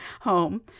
home